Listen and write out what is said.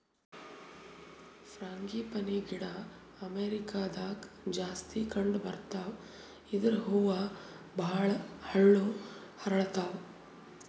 frangipani ಗಿಡ ಅಮೇರಿಕಾದಾಗ್ ಜಾಸ್ತಿ ಕಂಡಬರ್ತಾವ್ ಇದ್ರ್ ಹೂವ ಭಾಳ್ ಹಳ್ಳು ಅರಳತಾವ್